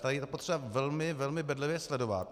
Tady je potřeba to velmi, velmi bedlivě sledovat.